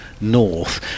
north